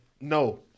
no